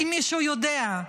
אם מישהו יודע,